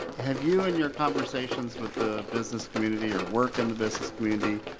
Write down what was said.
have you and your conversations with the business community or work in the business community